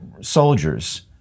soldiers